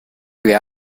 where